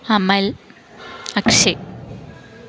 Amal Akshay